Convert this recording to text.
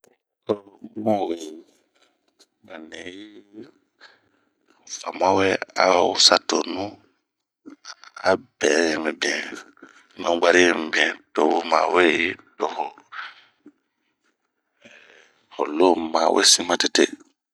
Ooh bun weyi ba nii yii famuwa wɛɛ ao sa tonu a bɛɛ mibini, ɲunbwari yi mbin toho loo ma wesin matete.